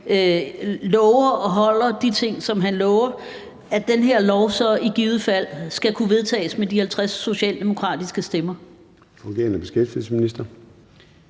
at han holder de ting, som han lover, og at den her lov så i givet fald vil kunne vedtages med de 50 socialdemokratiske stemmer.